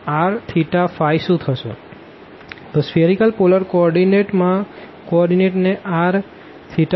તો spherical polar coordinate માં coordinate ને rθϕ દ્વારા દર્શાવવામાં આવ્યો છે